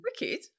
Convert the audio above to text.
wicked